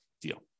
deal